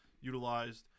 utilized